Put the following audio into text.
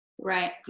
Right